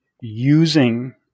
using